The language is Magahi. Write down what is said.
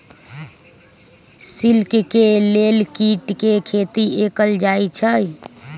सिल्क के लेल कीट के खेती कएल जाई छई